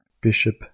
bishop